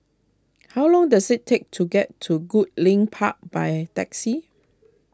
how long does it take to get to Goodlink Park by taxi